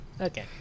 Okay